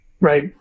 Right